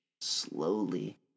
slowly